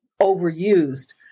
overused